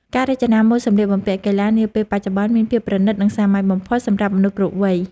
ការរចនាម៉ូដសម្លៀកបំពាក់កីឡានាពេលបច្ចុប្បន្នមានភាពប្រណីត និងសាមញ្ញបំផុតសម្រាប់មនុស្សគ្រប់វ័យ។